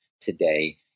today